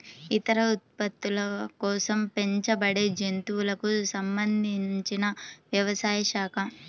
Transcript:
ఇతర ఉత్పత్తుల కోసం పెంచబడేజంతువులకు సంబంధించినవ్యవసాయ శాఖ